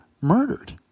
murdered